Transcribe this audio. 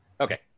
okay